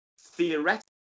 theoretically